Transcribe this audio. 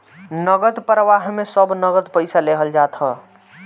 नगद प्रवाह में सब नगद पईसा लेहल जात हअ